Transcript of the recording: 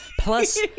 plus